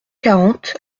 quarante